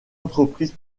entreprise